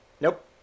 nope